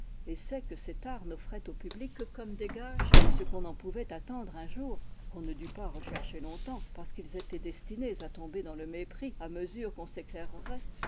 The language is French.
essais que cet art n'offrait au public que comme des gages de ce qu'on en pouvait attendre un jour qu'on ne dut pas rechercher longtemps parce qu'ils étaient destinés à tomber dans le mépris à mesure qu'on s'éclairerait